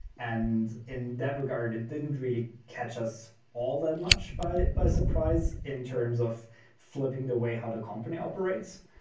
and in that regard, it didn't really catch us all that much by by surprise in terms of flipping the way how the company operates,